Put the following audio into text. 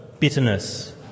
Bitterness